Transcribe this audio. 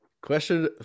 Question